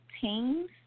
teams